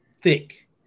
thick